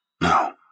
No